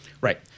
Right